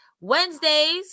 Wednesdays